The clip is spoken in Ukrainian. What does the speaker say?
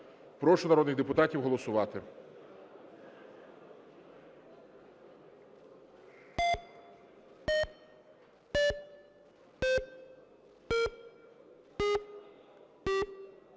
Прошу народних депутатів голосувати.